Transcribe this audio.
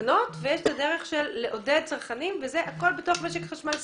תקנות ויש את הדרך של עידוד צרכנים והכול בתוך משק חשמל סגור.